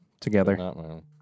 together